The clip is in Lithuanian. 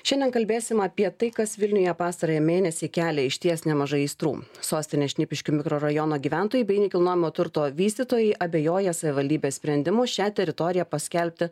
šiandien kalbėsim apie tai kas vilniuje pastarąjį mėnesį kelia išties nemažai aistrų sostinės šnipiškių mikrorajono gyventojai bei nekilnojamo turto vystytojai abejoja savivaldybės sprendimu šią teritoriją paskelbti